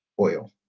oil